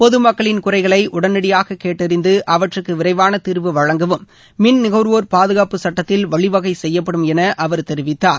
பொது மக்களின் குறைகளை உடனடியாக கேட்டறிந்து அவற்றுக்கு விரைவான தீர்வு வழங்கவும் மின் நுகர்வோர் பாதுகாப்புச் சட்டத்தில் வழிவகை செய்யப்படும் என அவர் தெரிவித்தார்